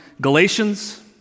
Galatians